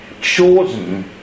Chosen